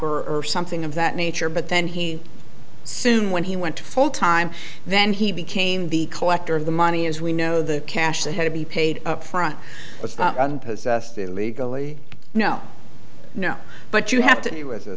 or something of that nature but then he soon when he went to full time then he became the collector of the money as we know the cash that had to be paid upfront and possessed illegally no no but you have to